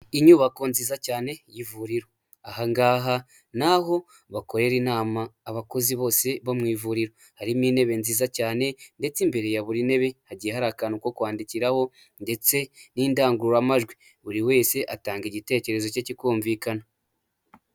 Inyubako nziza cyane y'ivuriro ahangaha ni ho bakorera inama abakozi bose bo mu ivuriro. Harimo intebe nziza cyane ndetse imbere ya buri ntebe hagiye hari akantu ko kwandikiraho ndetse n'indangururamajwi, buri wese atanga igitekerezo cye kikumvikana.